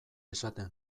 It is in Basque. esaten